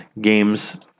games